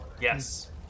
Yes